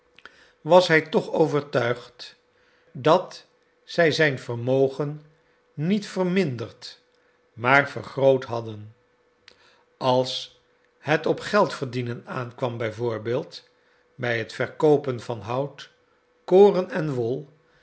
was hij toch overtuigd dat zij zijn vermogen niet verminderd maar vergroot hadden als het op geld verdienen aankwam b v bij het verkoopen van hout koren en wol